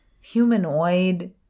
humanoid